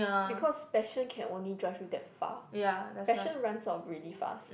because passion can only drive you that far passion runs out really fast